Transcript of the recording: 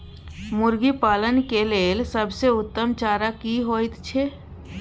मुर्गी पालन के लेल सबसे उत्तम चारा की होयत छै?